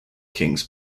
kings